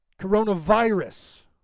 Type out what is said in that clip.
Coronavirus